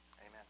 Amen